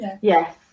Yes